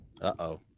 Uh-oh